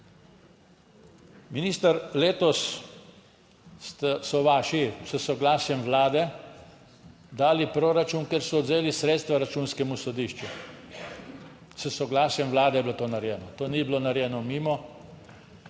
Minister, letos ste, so vaši, s soglasjem Vlade dali proračun, ker so odvzeli sredstva Računskemu sodišču, s soglasjem Vlade je bilo to narejeno. To ni bilo narejeno mimo,